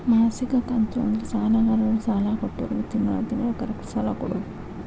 ಮಾಸಿಕ ಕಂತು ಅಂದ್ರ ಸಾಲಗಾರರು ಸಾಲ ಕೊಟ್ಟೋರ್ಗಿ ತಿಂಗಳ ತಿಂಗಳ ಕರೆಕ್ಟ್ ಸಾಲ ಕೊಡೋದ್